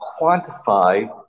quantify